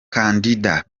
kandida